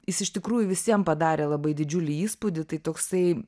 jis iš tikrųjų visiem padarė labai didžiulį įspūdį tai toksai